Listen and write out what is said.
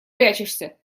прячешься